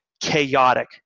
chaotic